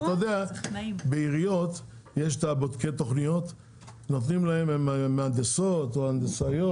בעיריות יש בודקי תוכניות שהם הנדסאים או מהנדסים.